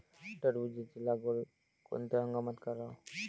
टरबूजाची लागवड कोनत्या हंगामात कराव?